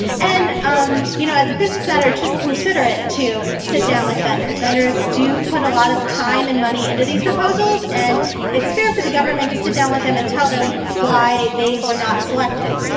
and um you know as a business manager, it's just considerate to sit down with vendors. vendors do put a lot of time and money into these proposals. and it's fair for the government to sit down with them and tell them why they were not selected.